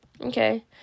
Okay